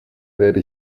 werde